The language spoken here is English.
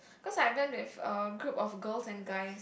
because I went with a group of girls and guys